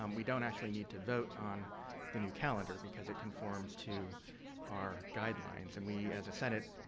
um we don't actually need to vote on the new calendar, because it conforms to our guidelines. and, we, as a senate,